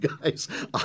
guy's